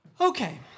Okay